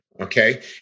Okay